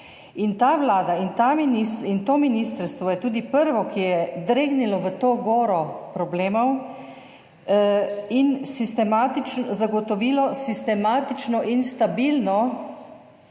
in ta minister in to ministrstvo je tudi prvo, ki je dregnilo v to goro problemov in zagotovilo sistematično in stabilno